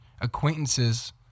acquaintances